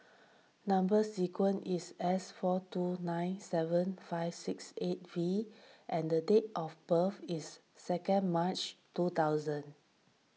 Number Sequence is S four two nine seven five six eight V and the date of birth is second March two thousand